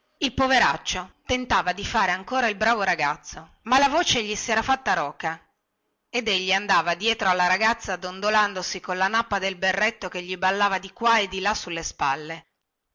il poveraccio tentava di fare ancora il bravo ma la voce gli si era fatta rocca ed egli andava dietro alla ragazza dondolandosi colla nappa del berretto che gli ballava di qua e di là sulle spalle